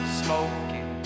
smoking